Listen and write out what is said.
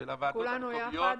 כולנו יחד,